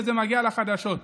וזה מגיע לחדשות.